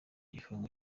igifungo